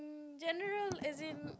general as in